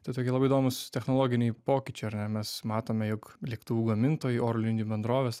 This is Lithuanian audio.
tie tokie labai įdomūs technologiniai pokyčiai ar ne mes matome jog lėktuvų gamintojai oro linijų bendrovės